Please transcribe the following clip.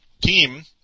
team